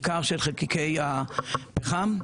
בעיקר של חלקיקי הפחם.